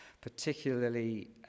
particularly